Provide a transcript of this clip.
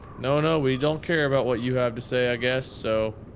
nona, we don't care about what you have to say, i guess, so.